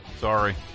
Sorry